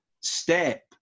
step